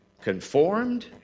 Conformed